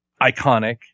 iconic